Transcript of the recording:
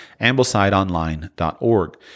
AmblesideOnline.org